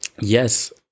yes